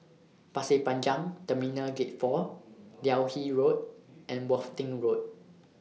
Pasir Panjang Terminal Gate four Delhi Road and Worthing Road